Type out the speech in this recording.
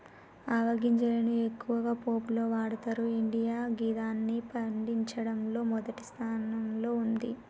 ఆవ గింజలను ఎక్కువగా పోపులో వాడతరు ఇండియా గిదాన్ని పండించడంలో మొదటి స్థానంలో ఉంది